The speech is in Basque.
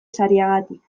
sariagatik